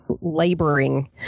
laboring